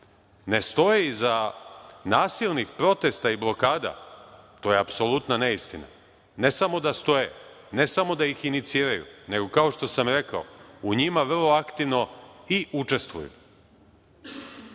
ne stoje iza nasilnih protesta i blokada to je apsolutna neistina. Ne samo da stoje, ne samo da ih iniciraju, nego, kao što sam rekao, u njima vrlo aktivno i učestvuju. Mnogi